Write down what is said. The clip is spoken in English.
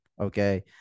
okay